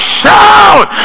shout